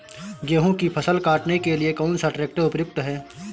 गेहूँ की फसल काटने के लिए कौन सा ट्रैक्टर उपयुक्त है?